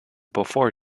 before